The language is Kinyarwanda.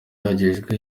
hagezweho